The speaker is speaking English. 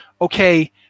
okay